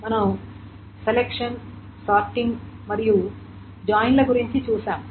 మనం selection sorting మరియు join ల గురించి చూసాము